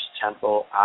temple